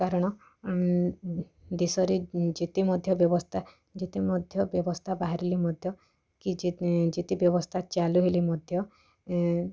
କାରଣ ଦେଶରେ ଯେତେ ମଧ୍ୟ ବ୍ୟବସ୍ଥା ଯେତେ ମଧ୍ୟ ବ୍ୟବସ୍ଥା ବାହାରିଲେ ମଧ୍ୟ କି ଯେତେ ବ୍ୟବସ୍ଥା ଚାଲୁ ହେଲେ ମଧ୍ୟ ଏଁ